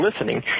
listening